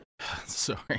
sorry